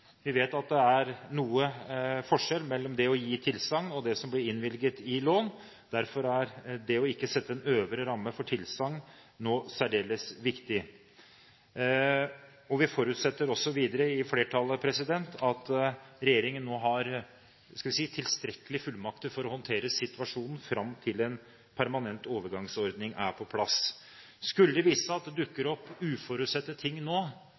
Vi vet at det er noe forskjell mellom det å gi tilsagn og det som blir innvilget i lån, og derfor er det ikke å sette en øvre ramme for tilsagn nå særdeles viktig. Vi i flertallet forutsetter også videre at regjeringen nå har – skal vi si – tilstrekkelige fullmakter for å håndtere situasjonen fram til en permanent overgangsordning er på plass. Skulle det vise seg at det dukker opp uforutsette ting nå,